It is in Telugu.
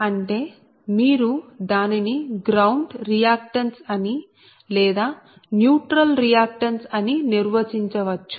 అంటే మీరు దానిని గ్రౌండ్ రియాక్టన్స్ అని లేదా న్యూట్రల్ రియాక్టన్స్ అని నిర్వచించవచ్చు